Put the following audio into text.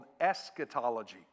eschatology